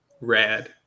rad